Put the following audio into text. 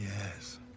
Yes